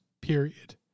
period